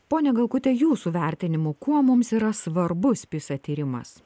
pone galkute jūsų vertinimu kuo mums yra svarbus pisa tyrimas